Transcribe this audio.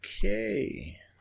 Okay